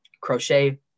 Crochet